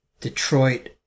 Detroit